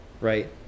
right